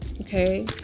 okay